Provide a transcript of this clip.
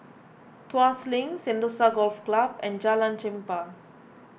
Tuas Link Sentosa Golf Club and Jalan Chempah